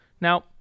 Now